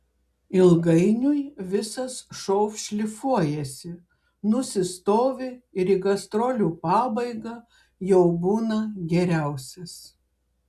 ilgainiui visas šou šlifuojasi nusistovi ir į gastrolių pabaigą jau būna geriausias